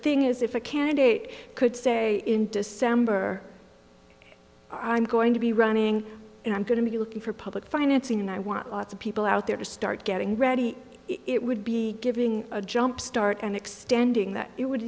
thing is if a candidate could say in december i'm going to be running and i'm going to be looking for public financing and i want lots of people out there to start getting ready it would be giving a jumpstart and extending that it would